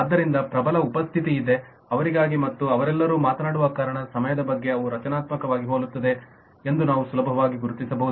ಆದ್ದರಿಂದ ಪ್ರಬಲ ಉಪಸ್ಥಿತಿ ಇದೆ ಅವರಿಗಾಗಿ ಮತ್ತು ಅವರೆಲ್ಲರೂ ಮಾತನಾಡುವ ಕಾರಣ ಸಮಯದ ಬಗ್ಗೆ ಅವು ರಚನಾತ್ಮಕವಾಗಿ ಹೋಲುತ್ತವೆ ಎಂದು ನಾವು ಸುಲಭವಾಗಿ ಗುರುತಿಸಬಹುದು